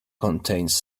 contains